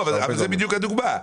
זאת בדיוק הדוגמה.